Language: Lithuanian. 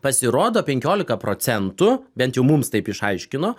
pasirodo penkiolika procentų bent jau mums taip išaiškino